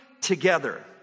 together